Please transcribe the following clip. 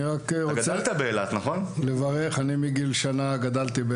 אני גדלתי באילת מגיל שנה.